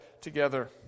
together